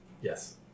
Yes